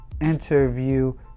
interview